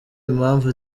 impamvu